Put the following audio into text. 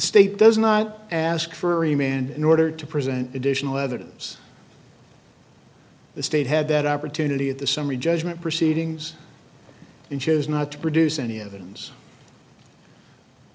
state does not ask for a man in order to present additional evidence the state had that opportunity at the summary judgment proceedings and chose not to produce any evidence